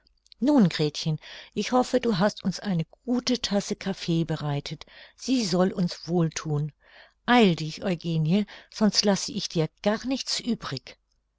nun gretchen ich hoffe du hast uns eine gute tasse kaffee bereitet sie soll uns wohl thun eile dich eugenie sonst lasse ich dir gar nichts übrig